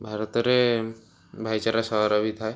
ଭାରତରେ ଭାଇଚାରା ସହର ବି ଥାଏ